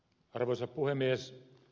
arvoisa puhemies